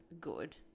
good